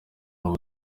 n’u